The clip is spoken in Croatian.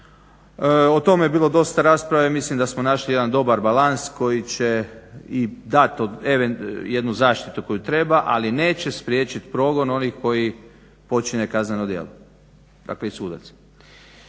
o tome je bilo dosta rasprave, mislim da smo našli jedan dobar balans koji će i dati jednu zaštitu koju treba, ali neće spriječiti progon onih koji počine kazneno djelo, dakle i sudaca.